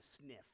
sniff